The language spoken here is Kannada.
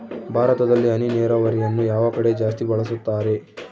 ಭಾರತದಲ್ಲಿ ಹನಿ ನೇರಾವರಿಯನ್ನು ಯಾವ ಕಡೆ ಜಾಸ್ತಿ ಬಳಸುತ್ತಾರೆ?